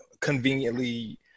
conveniently